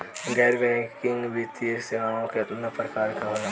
गैर बैंकिंग वित्तीय सेवाओं केतना प्रकार के होला?